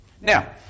Now